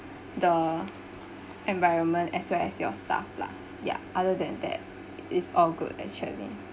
the environment as well as your staff lah ya other than that is all good actually